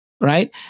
Right